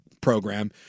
program